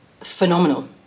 Phenomenal